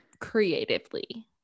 creatively